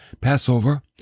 Passover